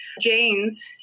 Janes